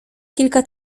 kilka